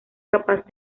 capaz